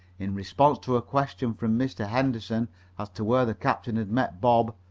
in response to a question from mr. henderson as to where the captain had met bob,